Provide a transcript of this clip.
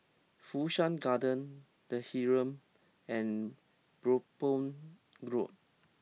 Fu Shan Garden The Heeren and Brompton Road